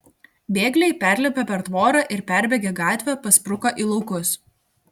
bėgliai perlipę per tvorą ir perbėgę gatvę paspruko į laukus